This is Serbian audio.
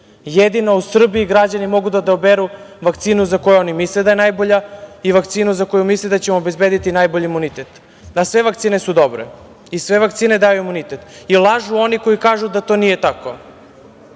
Jedino u Srbiji građani mogu da odaberu vakcinu za koju oni misle da je najbolja i vakcinu za koju misle da će im obezbediti najbolji imunitet. Sve vakcine su dobre i sve vakcine daju imunitet. Lažu oni koji kažu da to nije